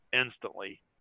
instantly